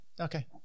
okay